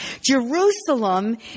Jerusalem